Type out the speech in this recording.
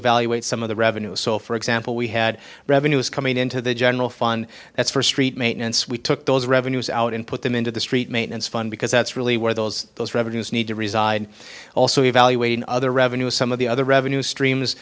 evaluate some of the revenues so for example we had revenues coming into the general fund that's for st maintenance we took those revenues out and put them into the street maintenance fund because that's really where those those revenues need to reside also evaluate other revenue some of the other revenue streams